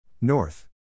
North